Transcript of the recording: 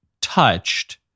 touched